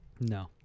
No